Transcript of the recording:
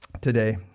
today